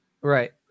right